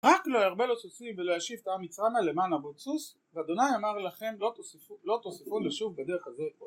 רק לא ירבה לו סוסים ולא ישיב את העם מצריימה למען הרבות סוס, ואדוניי אמר לכם לא תספון לשוב בדרך הזה עוד